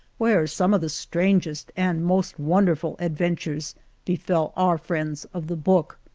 where some of the strangest and most wonderful adventures befell our friends of the book.